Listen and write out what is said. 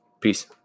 Peace